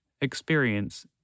experience